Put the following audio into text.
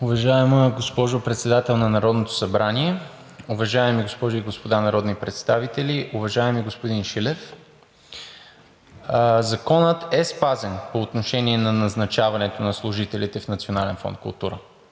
Уважаема госпожо председател на Народното събрание, уважаеми госпожи и господа народни представители, уважаеми господин Шилев, Законът е спазен по отношение на назначаването на служителите в Национален фонд „Култура“.